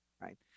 right